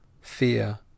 fear